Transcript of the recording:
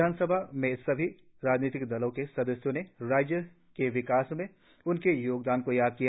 विधानसभा में सभी राजनीतिक दलों के सदस्यों ने राज्य के विकास में उनके योगदान को याद किया